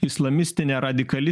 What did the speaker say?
islamistinė radikali